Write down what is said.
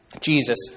Jesus